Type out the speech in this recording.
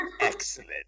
Excellent